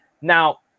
Now